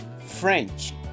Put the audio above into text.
French